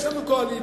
יש לנו קואליציה,